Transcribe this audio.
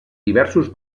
diversos